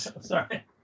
Sorry